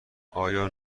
آیا